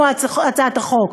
כמו בהצעת החוק,